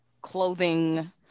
clothing